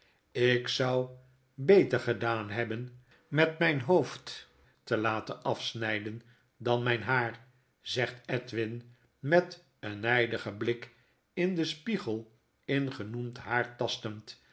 ik zou beter gedaan hebben met mijn hoofd te laten afsnyden dan mjn haar zegt edwin met een nijdigen blik in den spiegel in genoemd haar tastend